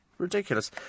Ridiculous